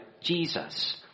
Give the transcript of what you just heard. Jesus